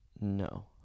No